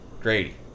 Grady